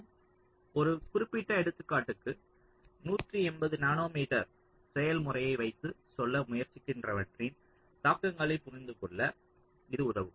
நாம் ஒரு குறிப்பிட்ட எடுத்துக்காட்டுக்கு 180 நானோமீட்டர் செயல்முறையை வைத்து சொல்ல முயற்சிக்கிறவற்றின் தாக்கங்களை புரிந்து கொள்ள இது உதவும்